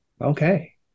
okay